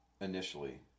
initially